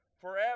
forever